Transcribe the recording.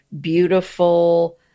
beautiful